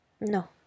No